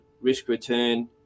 risk-return